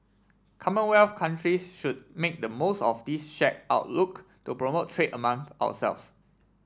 commonwealth countries should make the most of this shared outlook to promote trade among ourselves